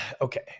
okay